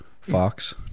Fox